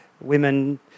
women